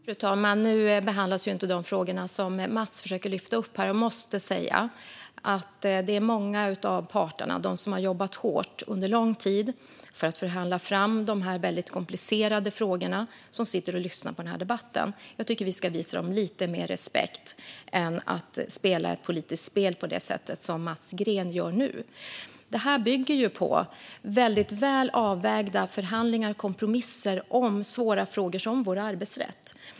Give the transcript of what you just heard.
Fru talman! Nu behandlas ju inte de frågor som Mats Green försöker att lyfta upp här. Många av dem som har jobbat hårt under lång tid med att förhandla fram de här väldigt komplicerade frågorna lyssnar på den här debatten, och jag måste säga att jag tycker att vi ska visa dem lite mer respekt än att spela ett politiskt spel på det sätt som Mats Green gör nu. Det här bygger på väldigt väl avvägda förhandlingar och kompromisser om svåra frågor som vår arbetsrätt.